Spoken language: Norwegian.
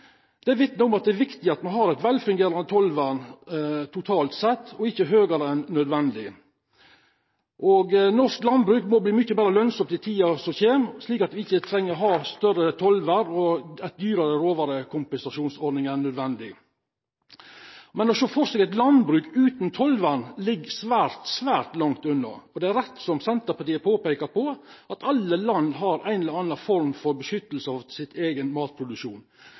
Det vitner om at det er viktig at vi har et velfungerende tollvern totalt sett og ikke høyere enn nødvendig. Norsk landbruk må bli mye mer lønnsomt i tiden som kommer, slik at vi ikke trenger å ha høyere tollvern og en dyrere råvarekompensasjonsordning enn nødvendig. Å se for seg et landbruk uten tollvern ligger svært langt unna, og det er rett som Senterpartiet peker på, at alle land har en eller annen form for beskyttelse av egen matproduksjon.